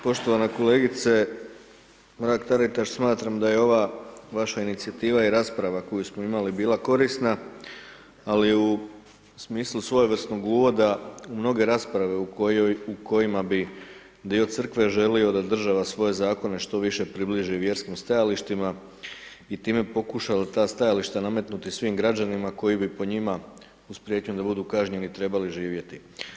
Poštovana kolegice Mrak-Taritaš, smatram da je ova vaša inicijativa i rasprava koju smo imali, bila korisna, ali u smislu svojevrsnog uvoda u mnoge rasprave u kojoj, u kojima bi dio Crkve želio da država svoje Zakone što više približi vjerskim stajalištima, i time pokušala ta stajališta nametnuti svim građanima koji bi po njima, uz prijetnju da budu kažnjeni, trebali živjeti.